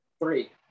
Three